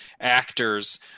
actors